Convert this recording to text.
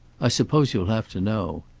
i suppose you'll have to know.